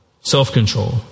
self-control